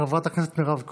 חברת הכנסת מירב כהן.